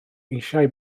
eisiau